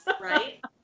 Right